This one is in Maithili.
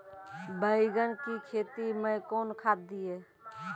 बैंगन की खेती मैं कौन खाद दिए?